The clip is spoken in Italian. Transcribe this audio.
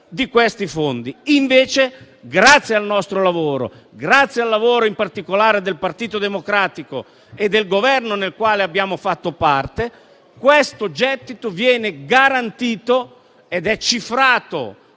di questi fondi. Invece grazie al nostro lavoro, in particolare grazie al lavoro del Partito Democratico e del Governo del quale abbiamo fatto parte, questo gettito viene garantito ed è cifrato